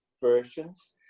versions